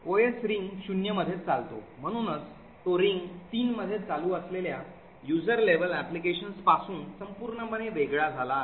OS ring शून्य मध्ये चालतो म्हणूनच तो रिंग तीन मध्ये चालू असलेल्या यूझर लेव्हल applications पासून पूर्णपणे वेगळा झाला आहे